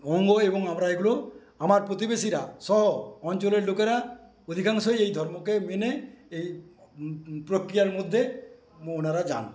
অঙ্গ এবং আমরা এগুলো আমার প্রতিবেশীরাসহ অঞ্চলের লোকেরা অধিকাংশই এই ধর্মকে মেনে এই প্রক্রিয়ার মধ্যে মৌনরা যান